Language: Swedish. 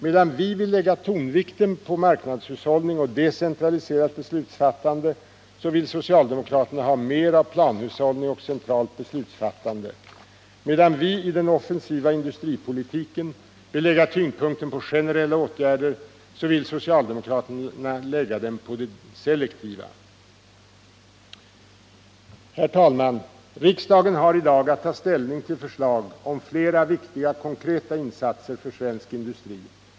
Medan vi vill lägga tonvikten på marknadshushållning och decentraliserat beslutsfattande, så vill socialdemokraterna ha mer av planhushållning och centralt beslutsfattande. Medan vi i den offensiva industripolitiken vill lägga tyngdpunkten på generella åtgärder, så vill socialdemokraterna lägga den på de selektiva. Herr talman! Riksdagen har i dag att ta ställning till förslag om flera viktiga konkreta insatser för svensk industri.